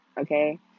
Okay